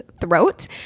throat